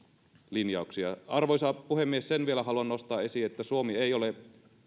linjauksia arvoisa puhemies sen haluan vielä nostaa esiin että suomi ei ole